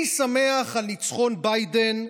אני שמח על ניצחון ביידן,